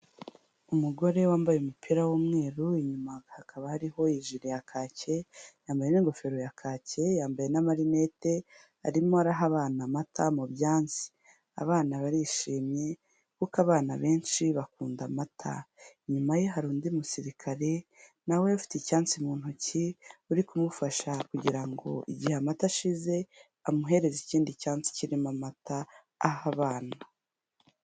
Umugore wambaye umupira w'umweru, inyuma hakaba hariho ijiri ya kacye, yambaye n'ingofero ya kacye, yambaye n'amarinete, arimo araha abana amata mu byasi, abana barishimye kuko abana benshi bakunda amata, inyuma ye hari undi musirikare nawe ufite icyansi mu ntoki uri kumufasha kugira ngo igihe amata ashize amuhereze ikindi cyansi kirimo, amata ahe abana.